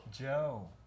Joe